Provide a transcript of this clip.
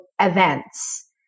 events